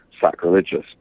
sacrilegious